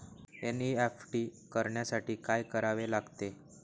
NEFT करण्यासाठी काय करावे लागते?